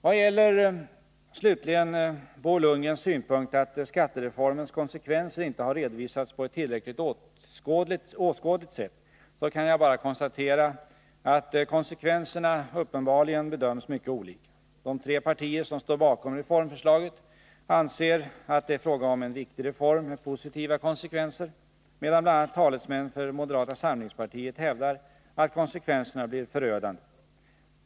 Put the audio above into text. Vad slutligen gäller Bo Lundgrens synpunkt att skattereformens konsekvenser inte har redovisats på ett tillräckligt åskådligt sätt, kan jag bara konstatera att konsekvenserna uppenbarligen bedöms mycket olika. De tre partier som står bakom reformförslaget anser att det är fråga om en viktig reform med positiva konsekvenser, medan bl.a. talesmän för moderata samlingspartiet hävdar att konsekvenserna blir förödande.